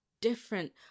different